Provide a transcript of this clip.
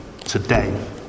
today